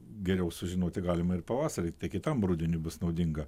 geriau sužinoti galima ir pavasarį tai kitam rudeniui bus naudinga